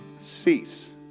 Cease